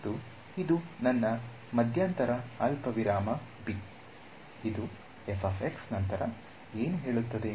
ಮತ್ತು ಇದು ನನ್ನ ಮಧ್ಯಂತರ ಅಲ್ಪವಿರಾಮ ಬಿ ಇದು ನಂತರ ಏನು ಹೇಳುತ್ತದೆ